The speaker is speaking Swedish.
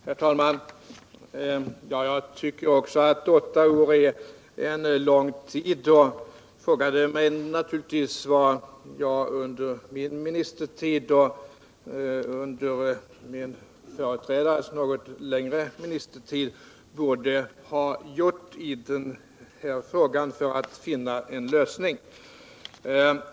Herr talman! Jag tycker också att åtta år är en lång tid, och jag frågar mig naturligtvis vad jag under min ministertid och vad min företrädare under sin något längre ministertid borde ha gjort för att finna en lösning på denna fråga.